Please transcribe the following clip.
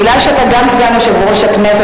מכיוון שאתה גם סגן יושב-ראש הכנסת,